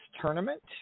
Tournament